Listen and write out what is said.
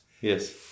Yes